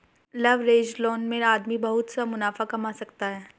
leveraged loan में आदमी बहुत सा मुनाफा कमा सकता है